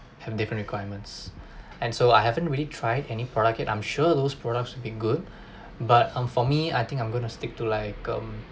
from different requirements and so I haven't really tried any product yet I'm sure those products will be good but um for me I think I'm gonna stick to like um